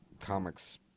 comics